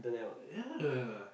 ya